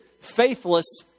faithless